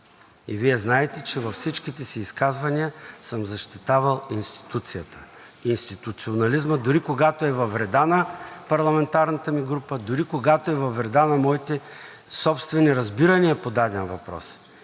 е. Вие знаете, че във всичките си изказвания съм защитавал институцията, институционализма, дори когато е във вреда на парламентарната ми група, дори когато е във вреда на моите собствени разбирания по даден въпрос.